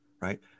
right